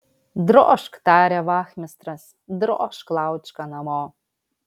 drožk tarė vachmistras drožk laučka namo